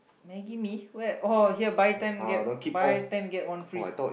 maggi-mee where oh here buy ten get buy ten get one free